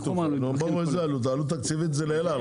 זאת עלות תקציבית לאל על.